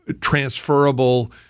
transferable